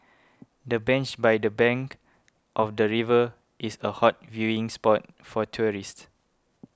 the bench by the bank of the river is a hot viewing spot for tourists